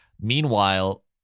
Meanwhile